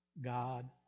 God